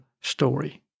story